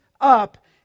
up